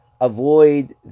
avoid